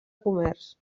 comerç